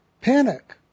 panic